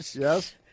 Yes